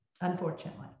unfortunately